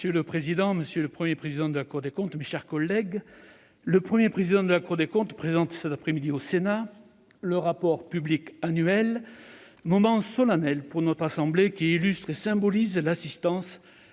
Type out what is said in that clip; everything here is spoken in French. Monsieur le président, monsieur le Premier président de la Cour des comptes, mes chers collègues, le Premier président de la Cour des comptes présente cette après-midi au Sénat le rapport public annuel. Cette présentation est un moment solennel pour notre assemblée, qui illustre et symbolise l'assistance